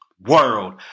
World